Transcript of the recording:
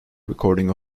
recording